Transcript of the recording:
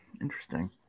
Interesting